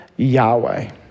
Yahweh